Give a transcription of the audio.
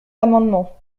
l’amendement